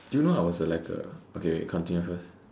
do you know I was like a okay wait continue first